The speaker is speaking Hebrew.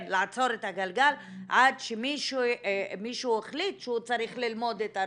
לעצור את הגלגל עד שמישהו החליט שהוא צריך ללמוד את הנושא.